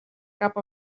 cap